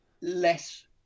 Less